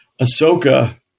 Ahsoka